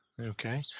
Okay